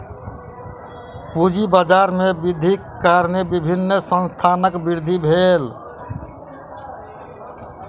पूंजी बाजार में वृद्धिक कारण विभिन्न संस्थानक वृद्धि भेल